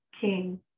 king